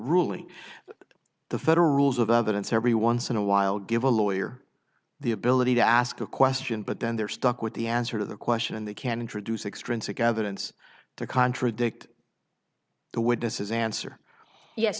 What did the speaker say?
ruling the federal rules of evidence every once in a while give a lawyer the ability to ask a question but then they're stuck with the answer to the question and they can introduce extrinsic evidence to contradict the witnesses answer yes